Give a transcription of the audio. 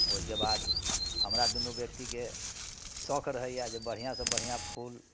ओहिके बाद हमरा दूनू व्यक्तिके शौक रहैया जे बढ़िआँ से बढ़िआँ फूल